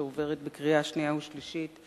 שעוברת בקריאה שנייה ושלישית,